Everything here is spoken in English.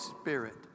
Spirit